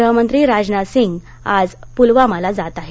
गृहमंत्री राजनाथ सिंग आज पुलवामाला जात आहेत